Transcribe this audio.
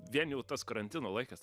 vien jau tas karantino laikas